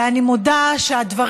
ואני מודה שהדברים,